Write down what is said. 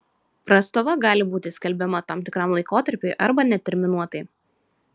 prastova gali būti skelbiama tam tikram laikotarpiui arba neterminuotai